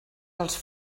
els